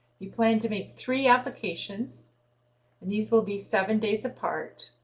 you plan to make three applications and these will be seven days apart.